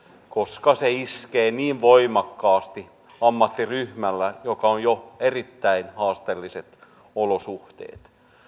koska se iskee niin voimakkaasti ammattiryhmään jolla on jo erittäin haasteelliset olosuhteet